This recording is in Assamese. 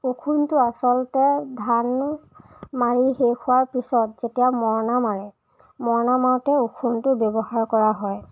ওখোনটো আচলতে ধান মাৰি শেষ হোৱাৰ পিছত যেতিয়া মৰণা মাৰে মৰণা মাৰোঁতে ওখোনটো ব্যৱহাৰ কৰা হয়